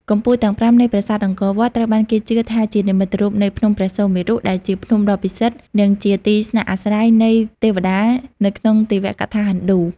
កំពូលទាំងប្រាំនៃប្រាសាទអង្គរវត្ត ត្រូវបានគេជឿថាជានិមិត្តរូបនៃភ្នំព្រះសុមេរុ ដែលជាភ្នំដ៏ពិសិដ្ឋ និងជាទីស្នាក់អាស្រ័យនៃទេវតា នៅក្នុងទេវកថាហិណ្ឌូ។